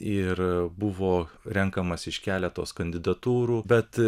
ir buvo renkamasi iš keletos kandidatūrų bet